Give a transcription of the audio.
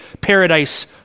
paradise